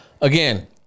again